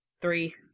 Three